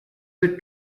the